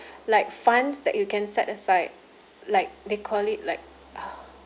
like funds that you can set aside like they call it like uh